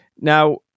Now